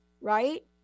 right